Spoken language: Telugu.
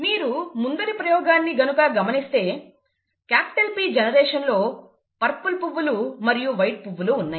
మీరు ముందరి ప్రయోగాన్ని గనుక గమనిస్తే P జనరేషన్ లో పర్పుల్ పువ్వులు మరియు వైట్ పువ్వులు ఉన్నాయి